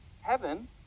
heaven